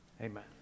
amen